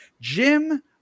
Jim